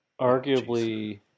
arguably